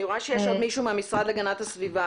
אני רואה שיש עוד מישהו מהמשרד להגנת הסביבה,